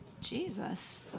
Jesus